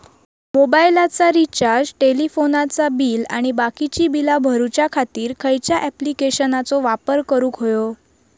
मोबाईलाचा रिचार्ज टेलिफोनाचा बिल आणि बाकीची बिला भरूच्या खातीर खयच्या ॲप्लिकेशनाचो वापर करूक होयो?